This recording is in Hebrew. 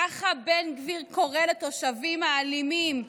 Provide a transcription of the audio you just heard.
ככה בן גביר קורא לתושבים האלימים,